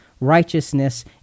righteousness